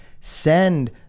send